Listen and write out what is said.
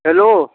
hello